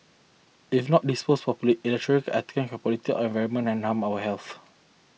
if not disposed properly electronic items can pollute our environment and harm our health